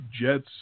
Jets